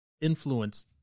influence